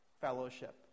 fellowship